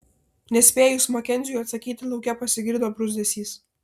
nespėjus makenziui atsakyti lauke pasigirdo bruzdesys